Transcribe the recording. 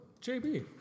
JB